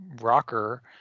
rocker